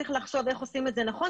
צריך לחשוב איך עושים את זה נכון,